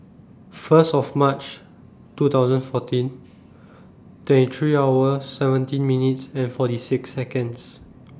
First of March two thousand fourteen twenty three hours seventeen minutes and forty six Seconds